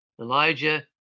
Elijah